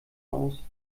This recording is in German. aus